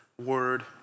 word